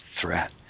threat